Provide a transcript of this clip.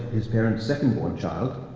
his parents' second-born child,